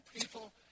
people